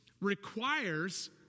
requires